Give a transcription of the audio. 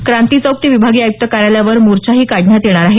क्रांतीचौक ते विभागीय आयुक्त कार्यालयावर मोर्चाही काढण्यात येणार आहे